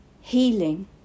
healing